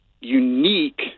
unique